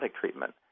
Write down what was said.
treatment